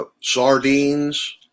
Sardines